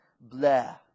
blah